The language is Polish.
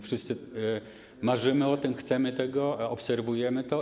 Wszyscy marzymy o tym, chcemy tego, obserwujemy to.